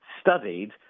studied